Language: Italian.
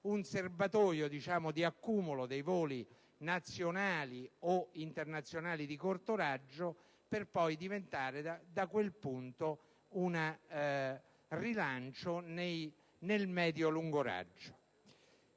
un serbatoio di accumulo dei voli nazionali o internazionali di corto raggio, che diventasse un punto di rilancio nel medio-lungo raggio.